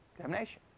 Damnation